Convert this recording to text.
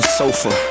sofa